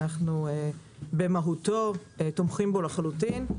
אנחנו תומכים במהותה לחלוטין.